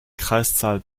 kreiszahl